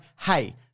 hey